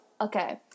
Okay